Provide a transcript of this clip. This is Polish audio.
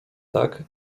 tak